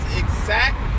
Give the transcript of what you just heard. exact